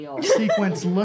sequence